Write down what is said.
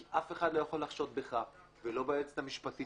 כי אף אחד לא יכול לחשוד בך ולא ביועצת המשפטית